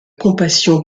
compassion